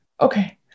okay